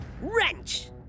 Wrench